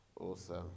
Awesome